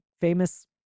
famous